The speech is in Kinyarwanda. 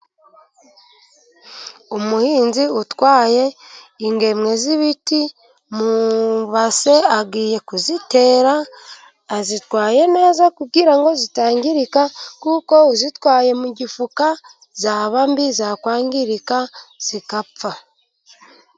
Umuhinzi utwaye ingemwe z'ibiti mu ibase, agiye kuzitera, azitwaye neza kugira ngo zitangirika, kuko uzitwaye mu gifuka zaba mbi, zakwangirika zigapfa.